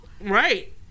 Right